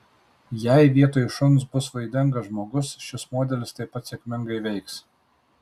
jei vietoj šuns bus vaidingas žmogus šis modelis taip pat sėkmingai veiks